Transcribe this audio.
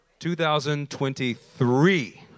2023